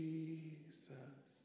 Jesus